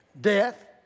death